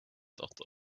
dot